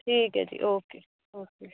ਠੀਕ ਹੈ ਜੀ ਓਕੇ ਓਕੇ